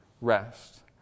rest